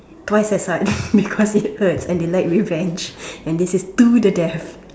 twice as hard because it hurts and they like revenge and this is to the death